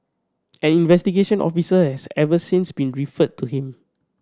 an investigation officer has since been referred to him